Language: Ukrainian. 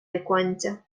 віконця